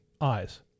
eyes